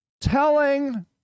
telling